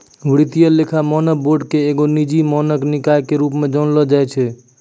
वित्तीय लेखा मानक बोर्ड के एगो निजी मानक निकाय के रुपो मे जानलो जाय छै